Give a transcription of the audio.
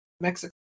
Mexico